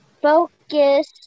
Focus